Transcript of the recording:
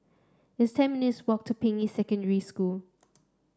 it's ten minutes walk to Ping Yi Secondary School